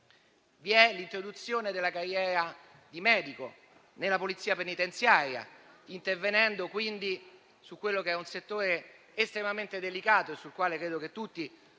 vi è l'introduzione della carriera di medico nella Polizia penitenziaria, intervenendo su un settore estremamente delicato, sul quale credo che tutti